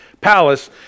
palace